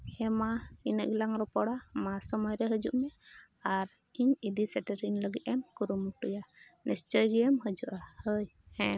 ᱦᱮᱸ ᱢᱟ ᱤᱱᱟᱹᱜ ᱜᱮᱞᱟᱝ ᱨᱚᱯᱚᱲᱟ ᱢᱟ ᱥᱚᱢᱚᱭ ᱨᱮ ᱦᱤᱡᱩᱜ ᱢᱮ ᱟᱨ ᱤᱧ ᱤᱫᱤ ᱥᱮᱴᱮᱨᱮᱧ ᱞᱟᱹᱜᱤᱫ ᱮᱢ ᱠᱩᱨᱩ ᱢᱩᱴᱩᱭᱟ ᱱᱤᱥᱪᱳᱭ ᱜᱮᱢ ᱦᱤᱡᱩᱜᱼᱟ ᱦᱳᱭ ᱦᱮᱸ